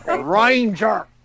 Ranger